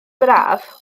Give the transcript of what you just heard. braf